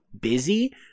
busy